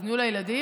נהיו לה ילדים,